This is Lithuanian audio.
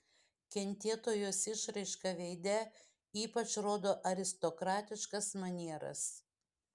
kentėtojos išraiška veide ypač rodo aristokratiškas manieras